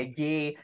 gay